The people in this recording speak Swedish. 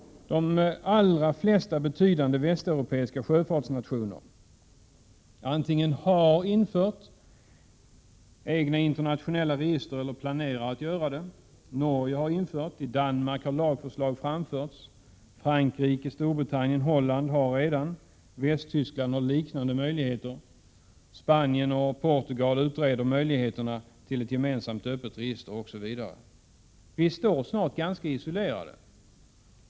De allra flesta betydande västeuropeiska sjöfartsnationer antingen har infört egna internationella register eller planerar att göra det. Norge har infört sådana. I Danmark har lagförslag framlagts. Frankrike, Storbritannien och Holland har register. I Västtyskland har man liknande möjligheter. Spanien och Portugal utreder möjligheterna till ett gemensamt öppet register. Vi i Sverige står snart ganska isolerade.